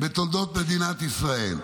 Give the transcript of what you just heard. בתולדות מדינת ישראל.